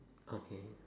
okay